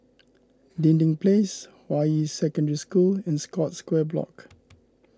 Dinding Place Hua Yi Secondary School and Scotts Square Block